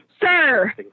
sir